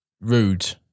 Rude